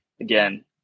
again